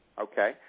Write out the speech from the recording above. Okay